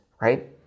right